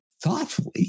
thoughtfully